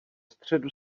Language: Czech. středu